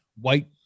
white